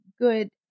good